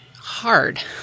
hard